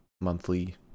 monthly